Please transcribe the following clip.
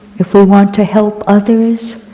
if we want to help others,